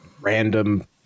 random